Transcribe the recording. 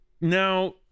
Now